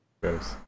Gross